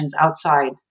outside